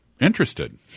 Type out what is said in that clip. interested